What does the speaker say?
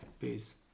Peace